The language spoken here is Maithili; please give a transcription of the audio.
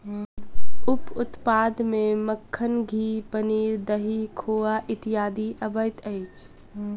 उप उत्पाद मे मक्खन, घी, पनीर, दही, खोआ इत्यादि अबैत अछि